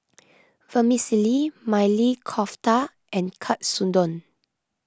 Vermicelli Maili Kofta and Katsudon